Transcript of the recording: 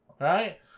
right